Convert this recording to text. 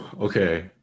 Okay